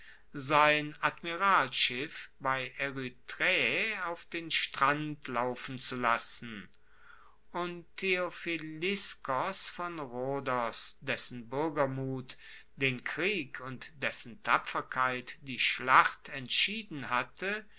sein admiralschiff bei erythrae auf den strand laufen zu lassen und theophiliskos von rhodos dessen buergermut den krieg und dessen tapferkeit die schlacht entschieden hatte